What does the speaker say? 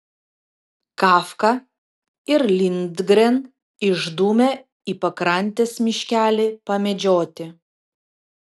kafka ir lindgren išdūmė į pakrantės miškelį pamedžioti